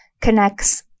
connects